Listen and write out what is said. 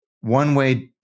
one-way